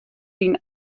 dyn